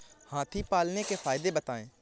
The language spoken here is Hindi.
हाथी पालने के फायदे बताए?